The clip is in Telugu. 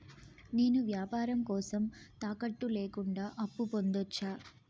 నేను వ్యాపారం కోసం తాకట్టు లేకుండా అప్పు పొందొచ్చా?